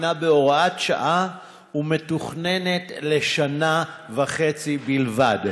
הנה בהוראת שעה ומתוכננת לשנה וחצי בלבד.